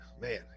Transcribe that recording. Man